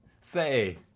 say